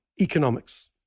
economics